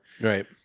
Right